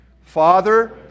Father